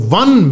one